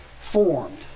formed